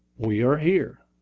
we are here.